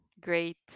great